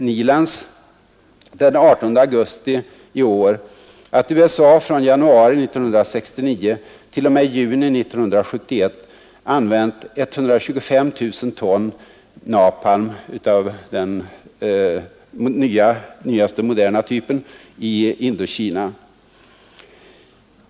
Neilands den 18 augusti i år att USA från januari 1969 t.o.m. juni 1971 använt 125 000 ton napalm, av den nyaste moderna typen, i Indokina.